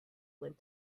went